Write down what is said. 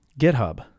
GitHub